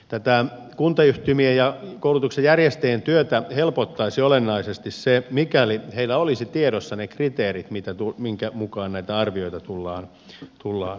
tätä kuntayhtymien ja koulutuksen järjestäjien työtä helpottaisi olennaisesti se mikäli heillä olisivat tiedossa ne kriteerit minkä mukaan näitä arvioita tullaan tekemään